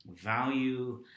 value